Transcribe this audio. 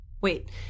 Wait